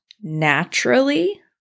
naturally